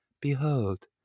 behold